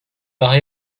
daha